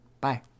Bye